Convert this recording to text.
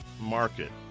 market